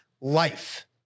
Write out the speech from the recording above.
life